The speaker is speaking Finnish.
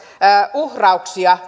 uhrauksia